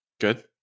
Good